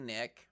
Nick